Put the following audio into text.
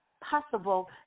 possible